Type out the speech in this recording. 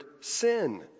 sin